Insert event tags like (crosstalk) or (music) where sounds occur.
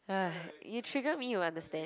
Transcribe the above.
(noise) you trigger me you understand